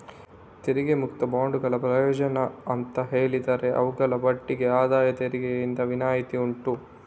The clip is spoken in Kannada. ತೆರಿಗೆ ಮುಕ್ತ ಬಾಂಡುಗಳ ಪ್ರಯೋಜನ ಅಂತ ಹೇಳಿದ್ರೆ ಅವುಗಳ ಬಡ್ಡಿಗೆ ಆದಾಯ ತೆರಿಗೆಯಿಂದ ವಿನಾಯಿತಿ ಉಂಟು